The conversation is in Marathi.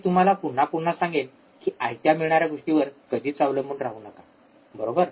मी तुम्हाला पुन्हा पुन्हा सांगेन कि आयत्या मिळणाऱ्या गोष्टींवर कधीच अवलंबून राहू नका बरोबर